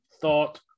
thought